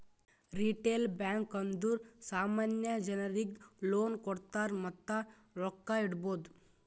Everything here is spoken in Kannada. ರಿಟೇಲ್ ಬ್ಯಾಂಕ್ ಅಂದುರ್ ಸಾಮಾನ್ಯ ಜನರಿಗ್ ಲೋನ್ ಕೊಡ್ತಾರ್ ಮತ್ತ ರೊಕ್ಕಾ ಇಡ್ಬೋದ್